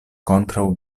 kontraŭ